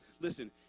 listen